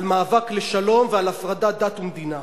על מאבק לשלום ועל הפרדת דת ומדינה.